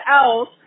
else